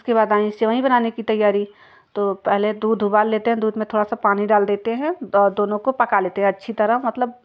उसके बाद आई सेवई बनाने की तैयारी तो पहले दूध उबाल लेते हैं दूध में थोड़ा सा पानी डाल देते हैं दोनों को पका लेते हैं अच्छी तरह